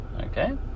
Okay